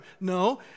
No